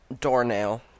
doornail